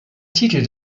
titel